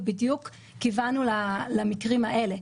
ובדיוק כיוונו למקרים האלה,